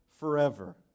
forever